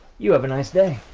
you have a nice day.